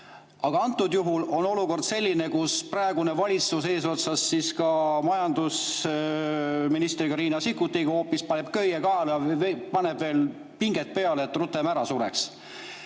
Aga antud juhul on olukord selline, kus praegune valitsus eesotsas ka majandusminister Riina Sikkutiga hoopis paneb köie kaela, paneb veel pinget peale, et rutem ära sureks. Asi